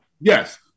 Yes